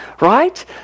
Right